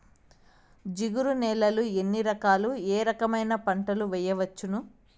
జిగురు నేలలు ఎన్ని రకాలు ఏ రకమైన పంటలు వేయవచ్చును?